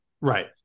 Right